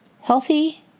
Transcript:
healthy